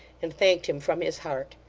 and thanked him from his heart.